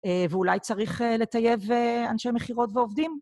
ואולי צריך לטייב אנשי מכירות ועובדים.